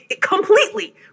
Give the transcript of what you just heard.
completely